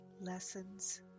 Lessons